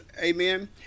amen